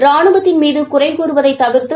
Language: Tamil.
ராணுவத்தின் மீது குறை கூறுவதை தவிர்த்து